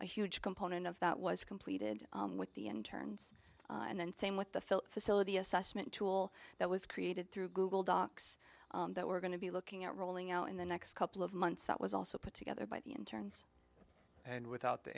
a huge component of that was completed with the internes and then same with the felt facility assessment tool that was created through google docs that we're going to be looking at rolling out in the next couple of months that was also put together by the interns and without the